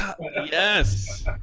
Yes